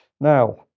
Now